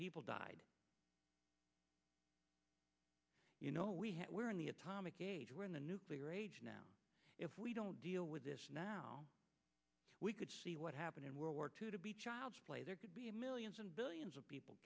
people died you know we were in the atomic age we're in the nuclear age now if we don't deal with this now we could see what happened in world war two to be child's play there could be millions and billions of people